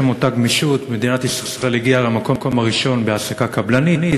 בשם אותה גמישות מדינת ישראל הגיעה למקום הראשון בהעסקה קבלנית,